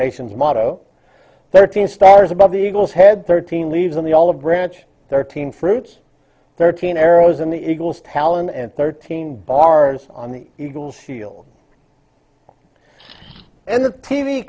nation's motto thirteen stars above the eagles head thirteen leads on the olive branch thirteen fruits thirteen arrows in the eagles talon and thirteen bars on the eagles heel and the t